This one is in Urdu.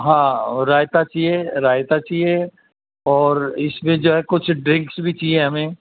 ہاں رائتا چاہیے رائتا چاہیے اور اس میں جو ہے کچھ ڈرنکس بھی چاہئیں ہمیں